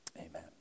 amen